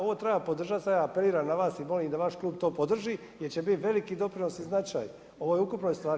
Ovo treba podržati, sad ja apeliram na vas i molim da vaš Klub to podrži jer će biti veli doprinos i značaj ovoj ukupnoj stvari.